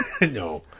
No